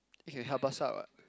then can help us out [what]